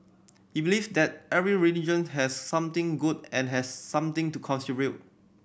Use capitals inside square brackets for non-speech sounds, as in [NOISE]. he believe that every religion has something good and has something to [UNINTELLIGIBLE]